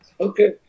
Okay